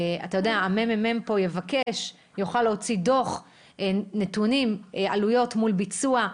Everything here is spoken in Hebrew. הממ"מ פה יבקש ויוכל להוציא דוח נתונים על עלויות מול ביצוע,